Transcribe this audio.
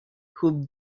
who